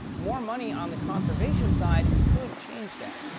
more money on the conservation side could change that.